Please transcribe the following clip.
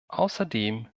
außerdem